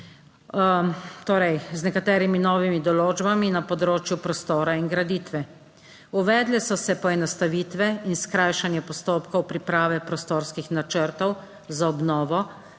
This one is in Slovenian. Torej, z nekaterimi novimi določbami na področju prostora in graditve. Uvedle so se poenostavitve in skrajšanje postopkov priprave prostorskih načrtov za obnovo,